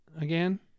again